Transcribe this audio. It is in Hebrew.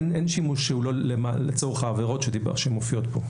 אין שימוש שהוא לא לצורך העבירות שמופיעות כאן,